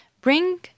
bring